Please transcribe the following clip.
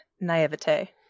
naivete